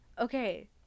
okay